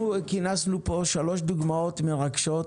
אנחנו כינסנו פה שלוש דוגמאות מרגשות